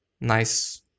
nice